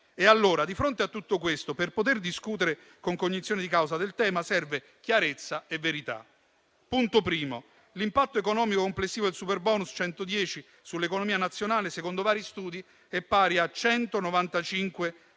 Allora, di fronte a tutto questo, per poter discutere con cognizione di causa del tema, servono chiarezza e verità. Punto primo: l'impatto economico complessivo del superbonus 110 per cento sull'economia nazionale, secondo vari studi, è pari a 195